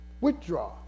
withdraw